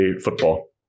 football